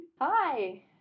Hi